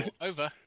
Over